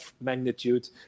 magnitude